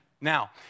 Now